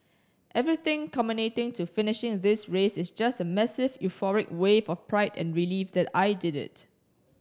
everything culminating to finishing this race is just a massive euphoric wave of pride and relief that I did it